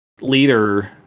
leader